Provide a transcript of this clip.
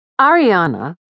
Ariana